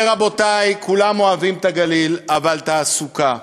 ורבותי, כולם אוהבים את הגליל, אבל תעסוקה.